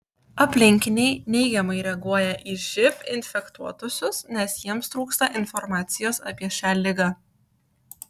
aplinkiniai neigiamai reaguoja į živ infekuotuosius nes jiems trūksta informacijos apie šią ligą